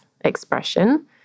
expression